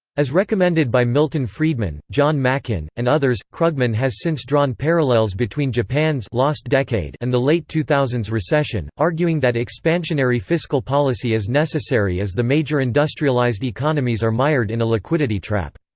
as recommended by milton friedman, john makin, and others krugman has since drawn parallels between japan's lost decade and the late two thousand s recession, arguing that expansionary fiscal policy is necessary as the major industrialized economies are mired in a liquidity trap.